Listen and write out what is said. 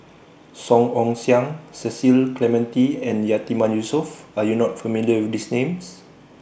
Song Ong Siang Cecil Clementi and Yatiman Yusof Are YOU not familiar with These Names